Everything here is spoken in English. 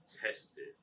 tested